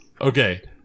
Okay